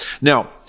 Now